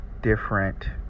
different